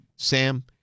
Sam